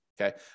okay